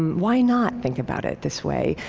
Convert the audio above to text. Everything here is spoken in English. why not think about it this way?